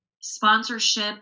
sponsorship